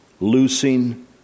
loosing